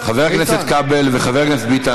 חבר הכנסת כבל וחבר הכנסת ביטן,